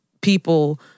people